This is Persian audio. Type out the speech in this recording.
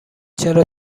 چرا